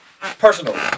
personal